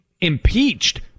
impeached